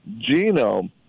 genome